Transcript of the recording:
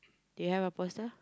do you have a poster